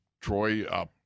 Troy